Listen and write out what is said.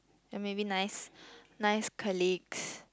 then maybe nice nice colleagues